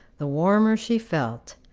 the warmer she felt,